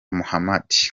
mohammed